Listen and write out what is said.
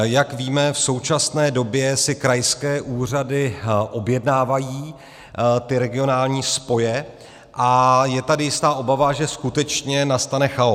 Jak víme, v současné době si krajské úřady objednávají regionální spoje a je tady jistá obava, že skutečně nastane chaos.